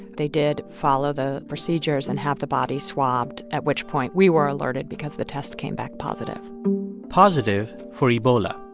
they did follow the procedures and have the body swabbed, at which point we were alerted because the test came back positive positive for ebola.